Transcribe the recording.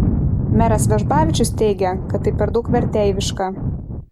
meras vežbavičius teigė kad tai per daug verteiviška